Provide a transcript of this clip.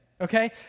okay